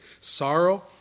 sorrow